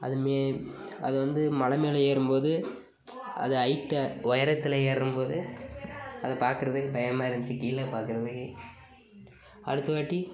அது மே அது வந்து மலை மேலே ஏறும்போது அது ஹைட்டு உயரத்தில் ஏறும்போது அதை பார்க்குறதுக்கு பயமாக இருந்துச்சு கீழே பார்க்குற மாரி அடுத்த வாட்டி